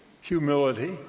humility